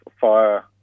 fire